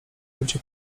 ludzie